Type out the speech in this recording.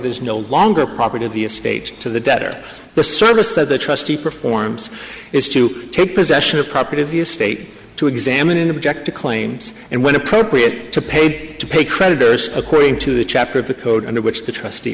his no longer property of the estate to the debtor the service that the trustee performs is to take possession of property of the estate to examine an object claims and when appropriate to pay to pay creditors according to the chapter of the code under which the trustee